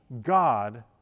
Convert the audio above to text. God